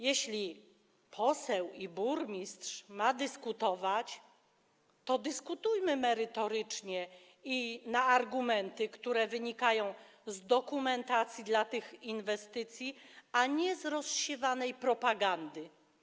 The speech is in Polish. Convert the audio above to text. Jeśli poseł i burmistrz mają dyskutować, to dyskutujmy merytorycznie i na argumenty, które wynikają z dokumentacji dla tych inwestycji, a nie z rozsiewanej propagandy.